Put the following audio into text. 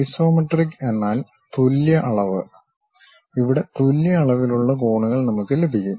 isometric എന്നാൽ തുല്യ അളവ് ഇവിടെ തുല്യ അളവിലുള്ള കോണുകൾ നമുക്ക് ലഭിക്കും